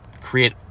create